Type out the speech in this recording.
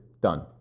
Done